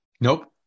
Nope